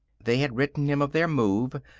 they had written him of their move,